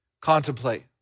Contemplate